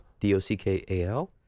D-O-C-K-A-L